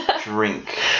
drink